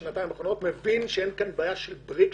האחרונות מבין שאין כאן בעיה של אמירות בריק,